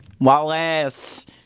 Wallace